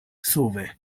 sube